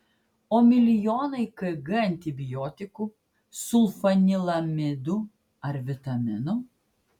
o milijonai kg antibiotikų sulfanilamidų ar vitaminų